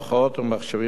Wi-Fi ומחשבים ניידים,